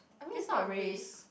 I mean is not a race